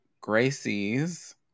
Gracie's